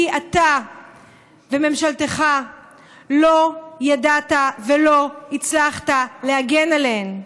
אתה וממשלתך לא ידעתם ולא הצלחתם להגן עליהן,